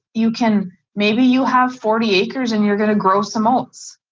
you can maybe you have forty acres and you're gonna grow some oats.